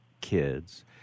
kids